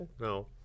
No